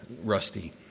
rusty